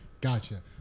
gotcha